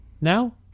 now